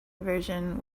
version